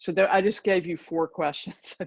so there i just gave you four questions